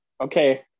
okay